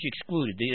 excluded